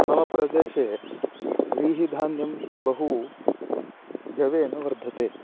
मम प्रदेशे व्रीहिधान्यं बहु जवेन वर्धते